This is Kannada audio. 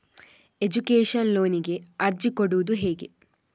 ಎಜುಕೇಶನ್ ಲೋನಿಗೆ ಅರ್ಜಿ ಕೊಡೂದು ಹೇಗೆ?